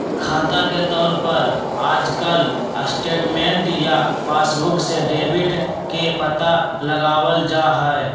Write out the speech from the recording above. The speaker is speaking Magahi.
खाता के तौर पर आजकल स्टेटमेन्ट या पासबुक से डेबिट के पता लगावल जा हई